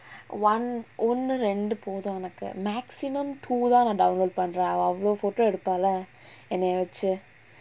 one ஒன்னு ரெண்டு போதும் எனக்கு:onnu rendu pothum enakku maximum two தான் நா:thaan naa download பண்ற அவ அவ்ளோ:panra ava avlo photo எடுத்தாள என்னைய வெச்சு:eduthaala ennaiya vechu